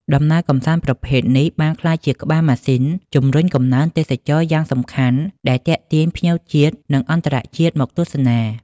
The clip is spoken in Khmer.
ដំណើរកម្សាន្តប្រភេទនេះបានក្លាយជាក្បាលម៉ាស៊ីនជំរុញកំណើនទេសចរណ៍យ៉ាងសំខាន់ ដែលទាក់ទាញភ្ញៀវជាតិ និងអន្តរជាតិមកទស្សនា។